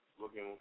Looking